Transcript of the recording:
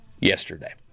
yesterday